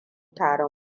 taron